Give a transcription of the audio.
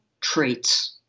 traits